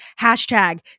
hashtag